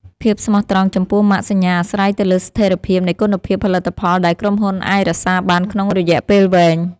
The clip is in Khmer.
ភាពស្មោះត្រង់ចំពោះម៉ាកសញ្ញាអាស្រ័យទៅលើស្ថិរភាពនៃគុណភាពផលិតផលដែលក្រុមហ៊ុនអាចរក្សាបានក្នុងរយៈពេលវែង។